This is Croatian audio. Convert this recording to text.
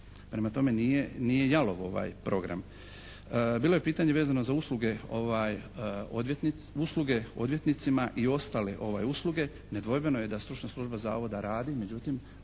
Prema tome, nije jalov ovaj program. Bilo je pitanje vezano za usluge odvjetnicima i ostale usluge. Nedvojbeno je da stručna služba zavoda radi,